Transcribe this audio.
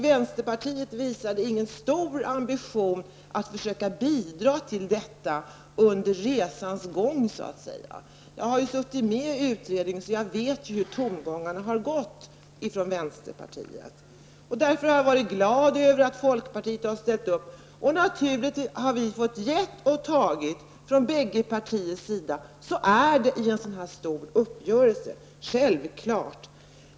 Vänsterpartiet visade under resans gång ingen större ambition att försöka bidra till skattereformen. Jag har ju suttit med i utredningen, så jag vet hur tongångarna har varit hos vänsterpartiet. Därför har jag varit glad över att folkpartiet ställt upp. Naturligtvis har vi fått ge och ta från båda partiernas sida; så är det i en sådan här stor uppgörelse. Det är självklart.